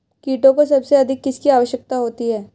कीटों को सबसे अधिक किसकी आवश्यकता होती है?